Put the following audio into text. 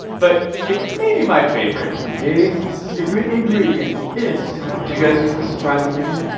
but it's maybe my favorite today's secret ingredient is. do you guys use the surprise ingredient?